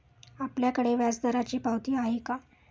आपल्याकडे व्याजदराची पावती आहे का?